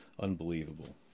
Unbelievable